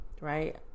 right